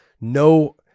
no